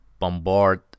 bombard